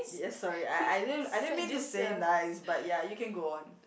yes sorry I I didn't I didn't mean to say nice but ya you can go on